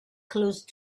close